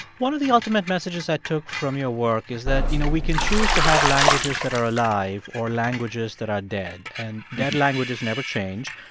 one of the ultimate messages i took from your work is that, you know, we can choose to have languages that are alive or languages that are dead. and dead languages never change,